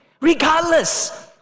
regardless